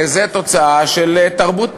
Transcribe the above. זו תוצאה של תרבות פוליטית,